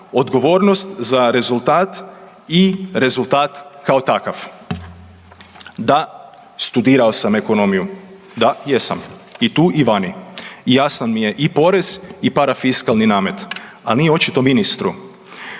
odgovornost za rezultat i rezultat kao takav. Da, studirao sam ekonomiju, da jesam i tu i vani i jasan mi je i porez i parafiskalni namet, ali nije očito ministru.